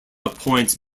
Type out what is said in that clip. appoints